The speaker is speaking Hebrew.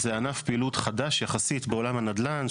זה ענף פעילות חדש יחסית בעולם הנדל"ן,